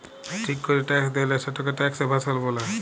ঠিক ক্যরে ট্যাক্স দেয়লা, সেটকে ট্যাক্স এভাসল ব্যলে